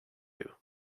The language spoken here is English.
you